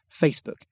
Facebook